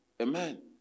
Amen